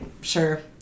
sure